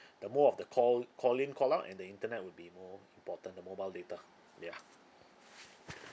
the more of the call call in call out and the internet will be more important the mobile data ya